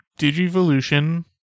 Digivolution